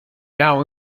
now